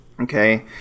okay